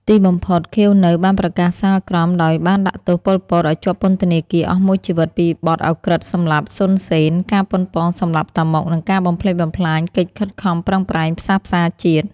ទីបំផុត ខៀវ នៅ បានប្រកាសសាលក្រមដោយបានដាក់ទោស ប៉ុល ពត ឱ្យជាប់ពន្ធនាគារអស់មួយជីវិតពីបទឧក្រិដ្ឋសម្លាប់ សុន សេន ការប៉ុនប៉ងសម្លាប់តាម៉ុក និងការបំផ្លិចបំផ្លាញកិច្ចខិតខំប្រឹងប្រែងផ្សះផ្សាជាតិ។